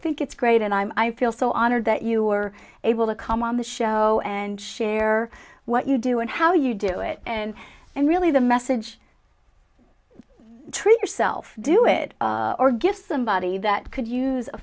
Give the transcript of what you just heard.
think it's great and i feel so honored that you are able to come on the show and share what you do and how you do it and and really the message train yourself to do it or get somebody that could use a